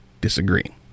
disagree